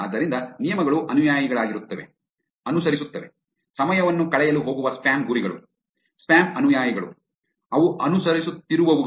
ಆದ್ದರಿಂದ ನಿಯಮಗಳು ಅನುಯಾಯಿಗಳಾಗಿರುತ್ತವೆ ಅನುಸರಿಸುತ್ತವೆ ಸಮಯವನ್ನು ಕಳೆಯಲು ಹೋಗುವ ಸ್ಪ್ಯಾಮ್ ಗುರಿಗಳು ಸ್ಪ್ಯಾಮ್ ಅನುಯಾಯಿಗಳು ಅವು ಅನುಸರಿಸುತ್ತಿರುವವುಗಳು